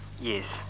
Yes